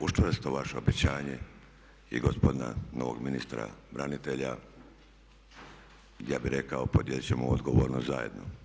Uz čvrsto vaše obećanje i gospodina novog ministra branitelja ja bih rekao podijelit ćemo odgovornost zajedno.